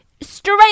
Straight